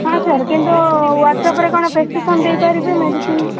ହଁ ସାର୍ କିନ୍ତୁ ହ୍ୱାଟ୍ସଅପ୍ ରେ କଣ ପ୍ରେସ୍କ୍ରିପ୍ସନ୍ ଦେଇପାରିବେ ମେଡ଼ିସିନରେ